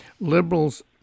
liberals